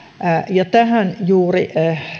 ja tähän juuri